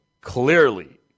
clearly